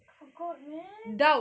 forgot man